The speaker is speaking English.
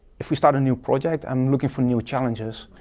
if we start a new project, i'm looking for new challenges.